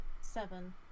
Seven